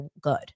good